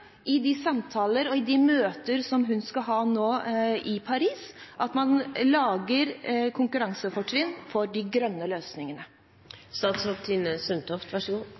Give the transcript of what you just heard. i de samtaler og i de møter som hun skal ha nå i Paris, at man lager konkurransefortrinn for de grønne